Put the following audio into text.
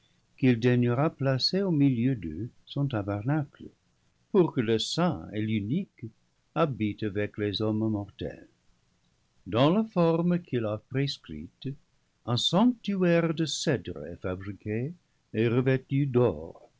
qu'il daignera placer au milieu d'eux son tabernacle pour que le saint et l'unique habite avec les hommes mortels dans la forme qu'il a prescrite un sanc tuaire de cèdre est fabriqué et revêtu d'or